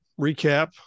recap